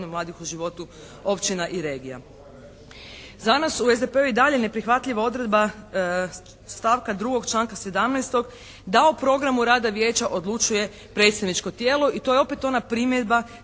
mladih u životu općina i regija. Za nas u SDP-u je i dalje neprihvatljiva odredba stavka 2. članka 17. da o programu rada Vijeća odlučuje predstavničko tijelo. I to je opet ona primjedba